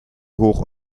hoch